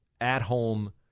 at-home